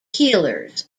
healers